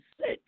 sick